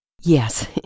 Yes